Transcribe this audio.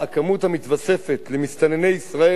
הכמות המתווספת למסתנני ישראל,